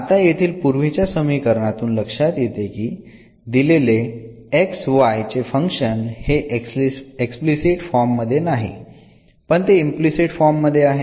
आता येथील पूर्वीच्या समीकरणातून लक्षात येते की दिलेले x y चे फंक्शन हे एक्सप्लिसिट फॉर्म मध्ये नाही पण ते इम्प्लिसिट फॉर्म मध्ये आहे